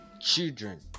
children